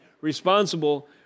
responsible